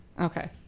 okay